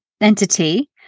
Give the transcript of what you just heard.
entity